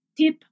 tip